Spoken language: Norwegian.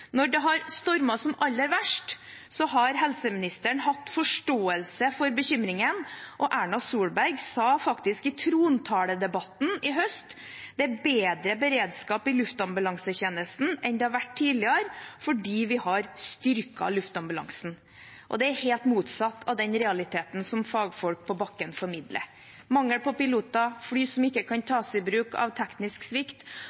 Når det har stormet som aller verst, har helseministeren hatt forståelse for bekymringen, og Erna Solberg sa faktisk i trontaledebatten i høst: «Det er altså bedre beredskap i luftambulansetjenesten nå enn det var tidligere, fordi vi har styrket luftambulansen.» Det er helt motsatt av den realiteten som fagfolk på bakken formidler: mangel på piloter, fly som ikke kan tas i bruk på grunn av teknisk svikt.